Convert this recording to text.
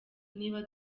niba